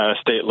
state